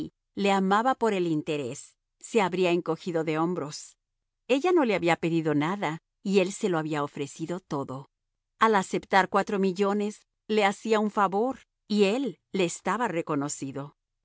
le amaba por el interés se habría encogido de hombros ella no le había pedido nada y él se lo había ofrecido todo al aceptar cuatro millones le hacía un favor y él le estaba reconocido